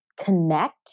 connect